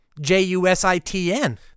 J-U-S-I-T-N